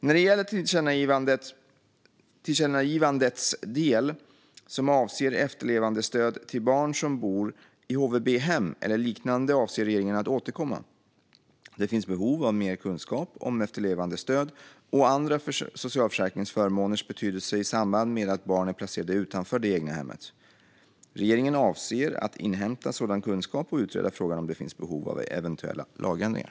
När det gäller tillkännagivandets del som avser efterlevandestöd till barn som bor i HVB-hem eller liknande avser regeringen att återkomma. Det finns behov av mer kunskap om efterlevandestöd och andra socialförsäkringsförmåners betydelse i samband med att barn är placerade utanför det egna hemmet. Regeringen avser att inhämta sådan kunskap och utreda frågan om det finns behov av eventuella lagändringar.